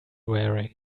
wearing